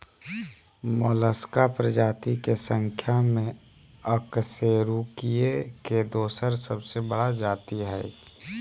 Mollusca प्रजाति के संख्या में अकशेरूकीय के दोसर सबसे बड़ा जाति हइ